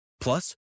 Plus